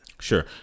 Sure